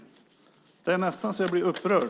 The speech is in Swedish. Det är nästan så att jag blir upprörd.